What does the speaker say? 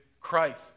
Christ